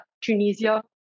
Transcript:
Tunisia